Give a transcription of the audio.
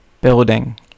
Building